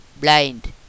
blind